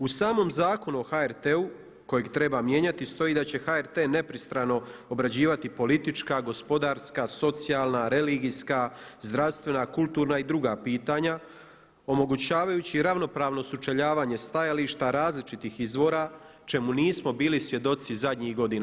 U samom Zakonu o HRT-u kojeg treba mijenjati stoji da će HRT nepristrano obrađivati politička, gospodarska, socijalna, religijska, zdravstvena, kulturna i druga pitanja omogućavajući ravnopravno sučeljavanje stajališta različitih izvora čemu nismo bili svjedoci zadnjih godina.